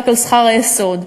רק על שכר היסוד.